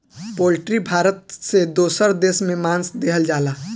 poultry Bharat से दोसर देश में मांस देहल जाला